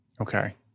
Okay